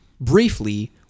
briefly